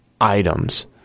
items